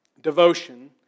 devotion